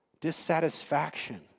Dissatisfaction